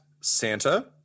Santa